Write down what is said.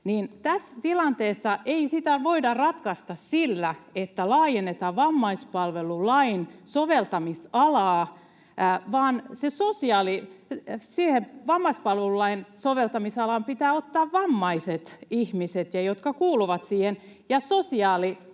Tässä tilanteessa ei sitä voida ratkaista sillä, että laajennetaan vammaispalvelulain soveltamisalaa, vaan siihen vammaispalvelulain soveltamisalaan pitää ottaa vammaiset ihmiset, jotka kuuluvat siihen, ja